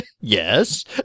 yes